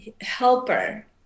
helper